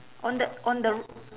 on the on the r~